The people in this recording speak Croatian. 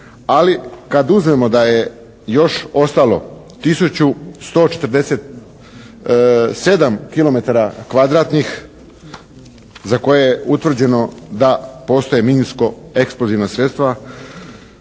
Ali kada uzmemo da je još ostalo 1147 km2 za koje je utvrđeno da postoje minsko eksplozivna sredstva,